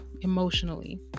emotionally